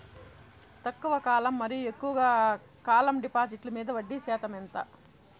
తక్కువ కాలం మరియు ఎక్కువగా కాలం డిపాజిట్లు మీద వడ్డీ శాతం ఎంత?